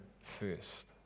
first